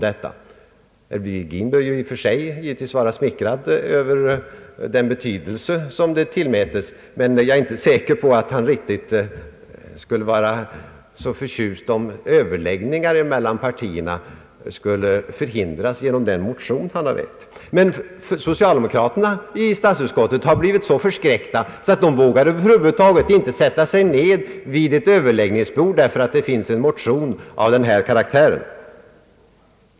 Herr Virgin bör i och för sig vara smickrad över den betydelse hans motion tillmätes, men jag är inte säker på att han skulle vara så förtjust över att överläggningar mellan partierna kanske förhindras genom hans motion. Socialdemokraterna i statsutskottet har blivit så förskräckta att de över huvud taget inte vågar sätta sig ned vid förhandlingsbordet därför att det finns en motion av denna karaktär.